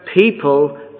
people